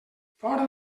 fora